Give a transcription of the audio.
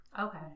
Okay